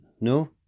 No